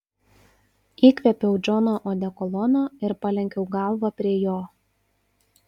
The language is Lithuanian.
įkvėpiau džono odekolono ir palenkiau galvą prie jo